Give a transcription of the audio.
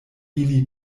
ili